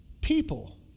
people